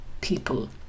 People